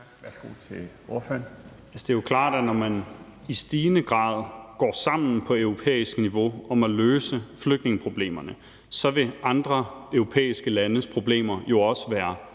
Valentin (SF): Altså, det er jo klart, at når man i stigende grad går sammen på europæisk niveau om at løse flygtningeproblemerne, vil andre europæiske landes problemer jo også være